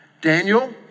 Daniel